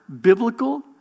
biblical